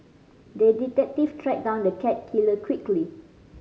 the detective tracked down the cat killer quickly